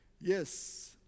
Yes